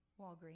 Walgreens